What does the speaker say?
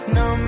no